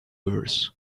worse